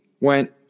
went